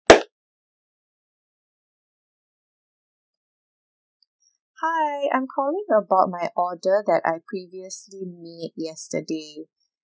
hi I'm calling about my order that I previously made yesterday